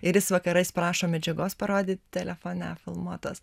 ir jis vakarais prašo medžiagos parodyt telefone filmuotos